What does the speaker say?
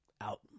Out